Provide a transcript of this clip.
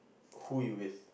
who you with